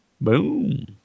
Boom